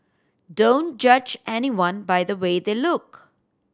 don't judge anyone by the way they look